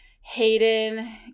Hayden